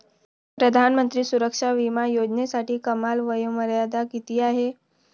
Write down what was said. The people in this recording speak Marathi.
प्रधानमंत्री सुरक्षा विमा योजनेसाठी कमाल वयोमर्यादा किती आहे?